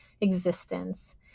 existence